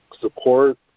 support